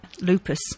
lupus